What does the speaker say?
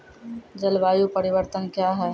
जलवायु परिवर्तन कया हैं?